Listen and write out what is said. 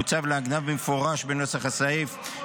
מוצע לעגנם במפורש בנוסח הסעיף.